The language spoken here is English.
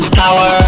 power